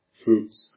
fruits